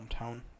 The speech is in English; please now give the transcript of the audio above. hometown